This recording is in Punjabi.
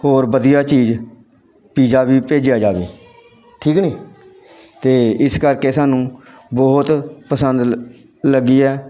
ਹੋਰ ਵਧੀਆ ਚੀਜ਼ ਪੀਜ਼ਾ ਵੀ ਭੇਜਿਆ ਜਾਵੇ ਠੀਕ ਕਿ ਨਹੀਂ ਅਤੇ ਇਸ ਕਰਕੇ ਸਾਨੂੰ ਬਹੁਤ ਪਸੰਦ ਲੱਗੀ ਹੈ